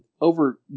over